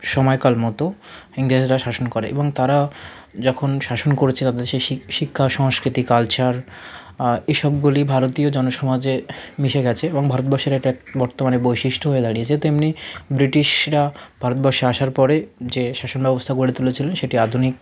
সময়কাল মতো ইংরেজরা শাসন করে এবং তারা যখন শাসন করেছে তাদের সেই শিক্ষা সংস্কৃতি কালচার এসবগুলি ভারতীয় জনসমাজে মিশে গেছে এবং ভারতবর্ষের একটা বর্তমানের বৈশিষ্ট্য হয়ে দাড়িয়েছে তেমনি ব্রিটিশরা ভারতবর্ষে আসার পরে যে শাসন ব্যবস্থা গড়ে তুলেছিলো সেটি আধুনিক